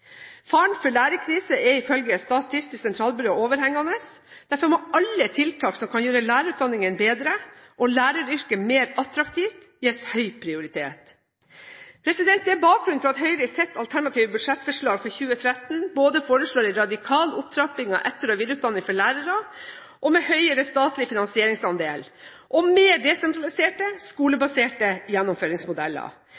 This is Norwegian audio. Faren for lærerkrise er ifølge Statistisk sentralbyrå overhengende. Derfor må alle tiltak som kan gjøre lærerutdanningen bedre og læreryrket mer attraktivt, gis høy prioritet. Det er bakgrunnen for at Høyre i sitt alternative budsjettforslag for 2013 foreslår en radikal opptrapping av etter- og videreutdanning for lærere med høyere statlig finansieringsandel og med mer desentraliserte